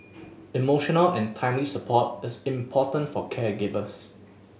emotional and timely support is important for caregivers